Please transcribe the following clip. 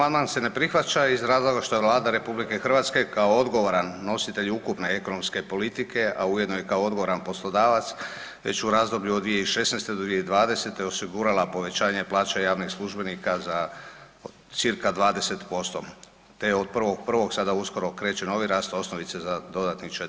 Amandman se ne prihvaća iz razloga što je Vlada RH kao odgovoran nositelj ukupne ekonomske politike, a ujedno i kao odgovoran poslodavac već u razdoblju od 2016. do 2020. osigurala povećanje plaće javnih službenika za cca 20% te od 1.1. sada uskoro kreće novi rast osnovice za dodatnih 4%